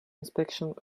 inspection